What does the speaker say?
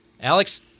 Alex